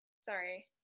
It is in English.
Sorry